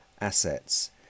assets